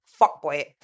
fuckboy